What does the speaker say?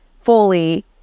fully